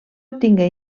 obtingué